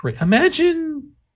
imagine